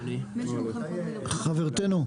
חברתנו,